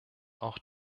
auch